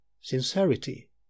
sincerity